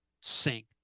sink